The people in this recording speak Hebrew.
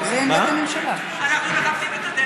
אנחנו מכבדים את הדרך.